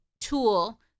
tool